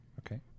Okay